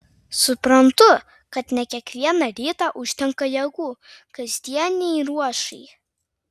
suprantu kad ne kiekvieną rytą užtenka jėgų kasdienei ruošai